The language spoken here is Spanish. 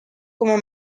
como